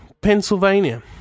Pennsylvania